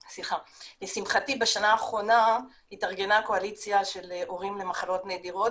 לשמחתי בשנה האחרונה התארגנה קואליציה של הורים למחלות נדירות